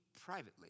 privately